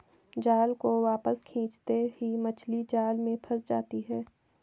जाल को वापस खींचते ही मछली जाल में फंस जाती है